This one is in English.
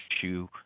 issue